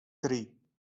tri